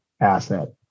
asset